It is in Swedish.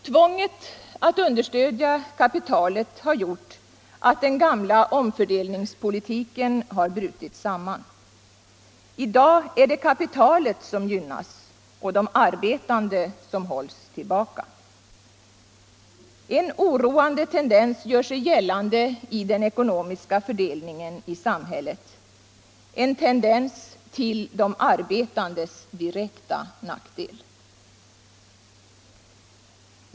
Tvånget att understödja kapitalet har gjort att den gamla omfördel ningspolitiken brutit samman. I dag är det kapitalet som gynnas, och de arbetande som hålls tillbaka. En oroande tendens gör sig gällande i den ekonomiska fördelningen i samhället — en tendens till de arbetandes direkta nackdel.